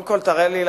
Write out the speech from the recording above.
קודם כול תראה לי,